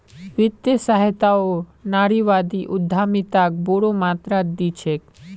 वित्तीय सहायताओ नारीवादी उद्यमिताक बोरो मात्रात दी छेक